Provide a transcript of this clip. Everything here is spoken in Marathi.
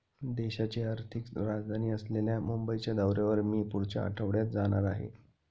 देशाची आर्थिक राजधानी असलेल्या मुंबईच्या दौऱ्यावर मी पुढच्या आठवड्यात जाणार आहे